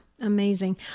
Amazing